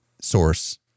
source